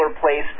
place